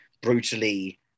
brutally